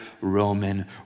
Roman